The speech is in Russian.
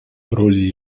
роль